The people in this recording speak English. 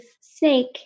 snake